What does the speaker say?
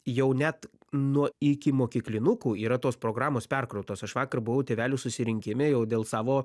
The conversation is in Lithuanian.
jau net nuo ikimokyklinukų yra tos programos perkrautos aš vakar buvau tėvelių susirinkime jau dėl savo